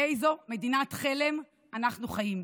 באיזו מדינת חלם אנחנו חיים?